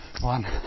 One